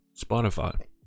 Spotify